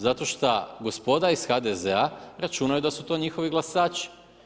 Zato šta gospoda iz HDZ-a računaju da su to njihovi glasači.